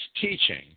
teaching